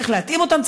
צריך להתאים אותם,